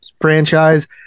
franchise